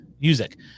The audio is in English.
Music